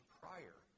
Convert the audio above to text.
prior